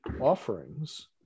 offerings